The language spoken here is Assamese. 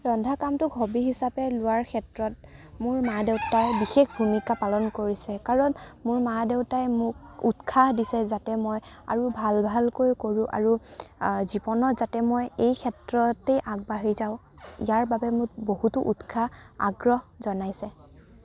ৰন্ধা কামটোক হবি হিচাপে লোৱাৰ ক্ষেত্ৰত মোৰ মা দেউতাই বিশেষ ভূমিকা পালন কৰিছে কাৰণ মোৰ মা দেউতাই মোক উৎসাহ দিছে যাতে মই আৰু ভাল ভালকৈ কৰোঁ আৰু জীৱনত যাতে মই এই ক্ষেত্ৰতে মই আগবাঢ়ি যাওঁ ইয়াৰ বাবে মোক বহুতো উৎসাহ আগ্ৰহ জনাইছে